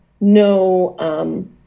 no